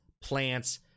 Plants